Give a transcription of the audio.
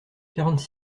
quarante